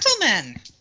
gentlemen